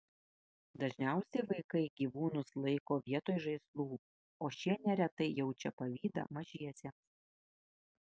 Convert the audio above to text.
dažniausiai vaikai gyvūnus laiko vietoj žaislų o šie neretai jaučia pavydą mažiesiems